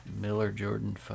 Miller-Jordan